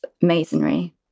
masonry